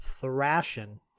thrashing